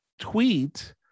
tweet